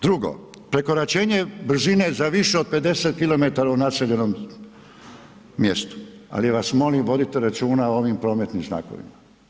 Drugo, prekoračenje brzine za više od 50 km u naseljenom mjestu ali vas molim, vodite računa o ovim prometnim znakovima.